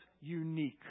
unique